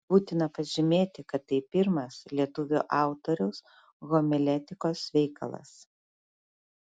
būtina pažymėti kad tai pirmas lietuvio autoriaus homiletikos veikalas